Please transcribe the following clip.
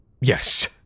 Yes